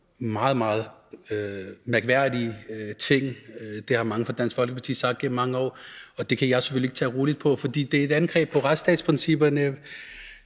meget, meget mærkværdige ting, det har mange fra Dansk Folkeparti sagt igennem mange år, og det kan jeg selvfølgelig ikke tage roligt på. For det er et angreb på retsstatsprincipperne,